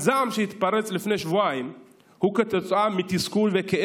הזעם שהתפרץ לפני שבועיים הוא תוצאה של תסכול וכאב